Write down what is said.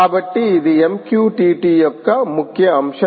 కాబట్టి ఇది MQTT యొక్క ముఖ్య అంశం